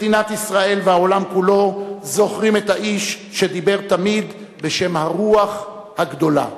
מדינת ישראל והעולם כולו זוכרים את האיש שדיבר תמיד בשם הרוח הגדולה,